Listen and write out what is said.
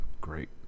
great